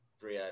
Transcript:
three